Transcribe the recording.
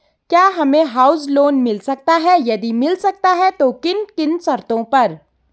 क्या हमें house loan मिल सकता है यदि मिल सकता है तो किन किन शर्तों पर?